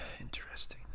Interesting